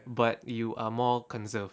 but you are more conserved